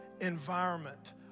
environment